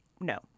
No